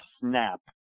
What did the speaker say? snap